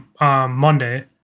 Monday